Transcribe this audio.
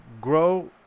grow